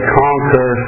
conquer